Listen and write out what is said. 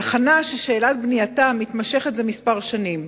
תחנה ששאלת בנייתה מתמשכת זה כמה שנים.